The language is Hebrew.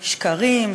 שקרים,